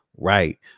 right